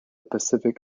pacific